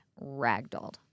ragdolled